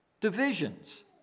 divisions